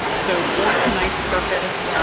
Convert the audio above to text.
so, for tonight's purpose,